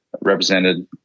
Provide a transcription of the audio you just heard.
represented